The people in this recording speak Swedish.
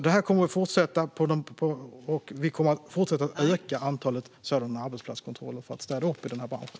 Det här kommer vi att fortsätta med, och vi kommer att fortsätta öka antalet sådana arbetsplatskontroller för att städa upp i den här branschen.